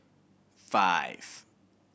five